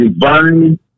divine